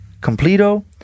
Completo